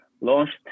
launched